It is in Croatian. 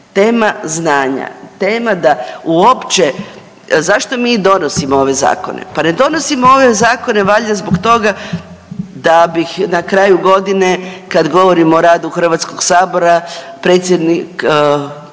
Tema znanja, tema da uopće zašto mi donosimo ove zakone, pa ne donosimo ove zakone valjda zbog toga da bih na kraju godine kad govorimo o radu Hrvatskog sabora, predsjednik sabora